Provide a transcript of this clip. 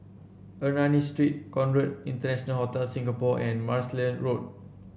Ernani Street Conrad International Hotel Singapore and Martlesham Road